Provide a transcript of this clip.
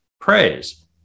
praise